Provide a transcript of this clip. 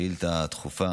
כשאילתה דחופה.